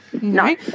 No